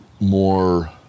more